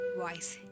voice